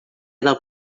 del